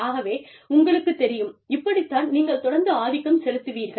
ஆகவே உங்களுக்குத் தெரியும் இப்படி தான் நீங்கள் தொடர்ந்து ஆதிக்கம் செலுத்துவீர்கள்